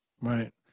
Right